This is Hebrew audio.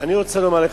אני רוצה לומר לך,